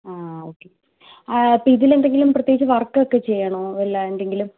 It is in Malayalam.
ആ ഓക്കേ അപ്പോൾ ഇതിലെന്തെങ്കിലും പ്രത്യേകിച്ച് വർക്ക് ഒക്കെ ചെയ്യണോ വല്ല എന്തെങ്കിലും